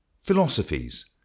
Philosophies